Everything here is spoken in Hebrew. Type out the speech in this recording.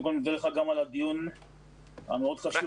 אני מודה לך על הדיון החשוב הזה.